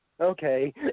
okay